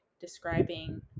describing